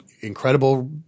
incredible